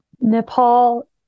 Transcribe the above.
Nepal